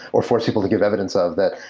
or force people to give evidence of that.